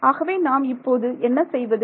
ஆகவே நாம் இப்போது என்ன செய்வது